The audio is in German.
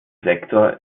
sektor